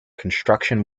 construction